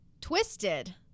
Twisted